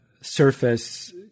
surface